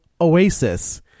Oasis